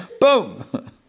Boom